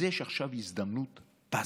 יש עכשיו הזדמנות פז.